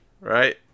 right